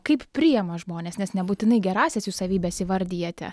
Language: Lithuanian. kaip priima žmonės nes nebūtinai gerąsias jų savybes įvardijate